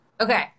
Okay